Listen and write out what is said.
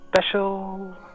special